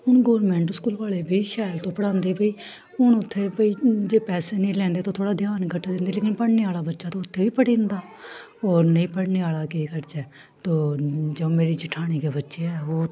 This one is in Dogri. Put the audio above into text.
हून गौरमेंट स्कूल आह्ले बी शैल तू पढ़ांदे भाई हून उत्थें भाई जे पैसे नेईं लैंदे ते थोह्ड़ा ध्यान घट्ट दिंदे लेकिन पढ़ने आह्ला बच्चा ते उत्थै बी पढ़ी जंदा होर नेईं पढ़ने आह्ला केह् करचै तो जां मेरी जठानी गै बच्चे ऐ ओह्